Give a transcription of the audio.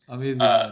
Amazing